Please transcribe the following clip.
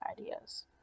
ideas